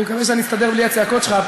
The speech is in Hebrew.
אני מקווה שאני אסתדר בלי הצעקות שלך,